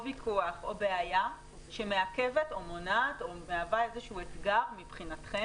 ויכוח או בעיה שמעכבת או מונעת או מהווה איזשהו אתגר מבחינתכם,